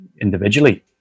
individually